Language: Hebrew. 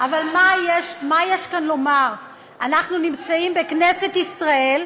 אבל מה יש כאן לומר, אנחנו נמצאים בכנסת ישראל,